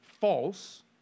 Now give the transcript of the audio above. false